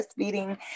breastfeeding